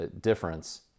difference